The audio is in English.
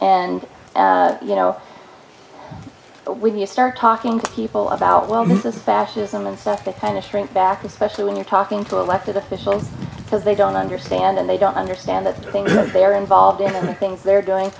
and you know when you start talking to people about well this is fascism and stuff that kind of shrink back especially when you're talking to elected officials because they don't understand and they don't understand the things that they're involved in the things they're doing